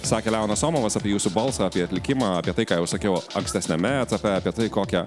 sakė leonas somovas ar jūsų balso apie atlikimą apie tai ką jau sakiau ankstesniame etape apie tai kokią